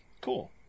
Cool